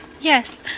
yes